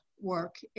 work